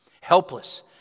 Helpless